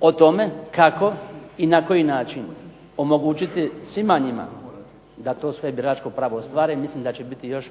o tome kako i na koji način omogućiti svima njima da to svoje biračko pravo ostvare mislim da će biti još